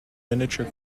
miniature